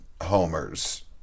homers